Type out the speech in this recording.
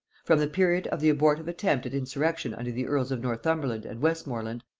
from the period of the abortive attempt at insurrection under the earls of northumberland and westmorland,